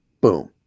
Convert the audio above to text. Boom